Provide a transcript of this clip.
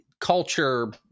culture